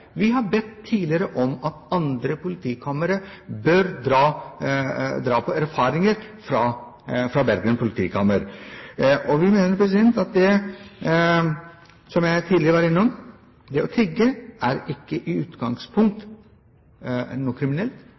Vi har tidligere bedt om at andre politikamre bør dra på erfaringer fra Bergen politikammer, og vi mener, som jeg tidligere var innom, at det å tigge ikke i utgangspunktet er noe kriminelt,